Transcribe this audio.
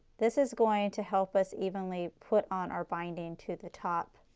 this is going to help us evenly put on our binding to the top